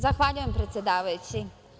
Zahvaljujem predsedavajući.